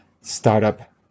startup